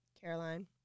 Caroline